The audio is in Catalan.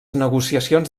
negociacions